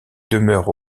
demeure